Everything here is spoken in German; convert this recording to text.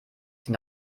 sie